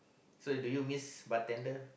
so do you miss bartender